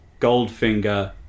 Goldfinger